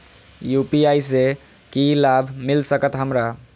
UPI से की लाभ मिल सकत हमरा?